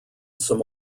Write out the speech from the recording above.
some